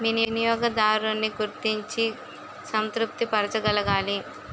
వినియోగదారున్ని గుర్తించి సంతృప్తి పరచగలగాలి